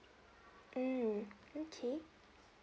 mm mm K